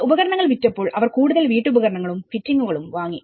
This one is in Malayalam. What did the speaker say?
അങ്ങനെ ഉപകരണങ്ങൾ വിറ്റപ്പോൾ അവർ കൂടുതൽ വീട്ടുപകരണങ്ങളുംഫിറ്റിങ്ങുകളുംവാങ്ങി